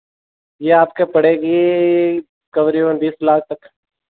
यह आपके पड़ेगी तकरीबन बीस लाख तक